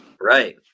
Right